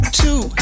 two